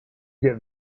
get